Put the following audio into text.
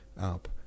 up